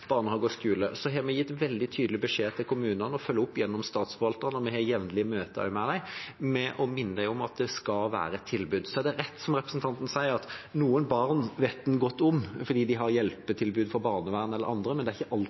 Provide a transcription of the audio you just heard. og skoler, har vi gitt veldig tydelige beskjeder til kommunene og følger opp gjennom statsforvalterne. Vi har også jevnlige møter med dem og minner dem om at det skal være et tilbud. Så er det rett, som representanten sier, at noen barn vet en godt om fordi de har hjelpetilbud fra barnevernet eller andre, men det er ikke